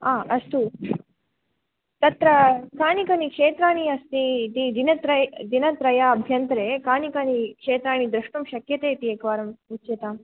अस्तु तत्र कानि कानि क्षेत्राणि अस्ति इति दिनत्र दिनत्रयाभ्यन्तरे कानि कानि क्षेत्राणि द्रष्टुं शक्यते इति एकवारं सूच्यताम्